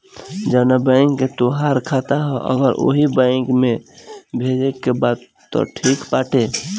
जवना बैंक के तोहार खाता ह अगर ओही बैंक में भेजे के बा तब त ठीक बाटे